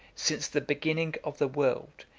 since the beginning of the world,